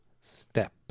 Step